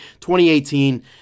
2018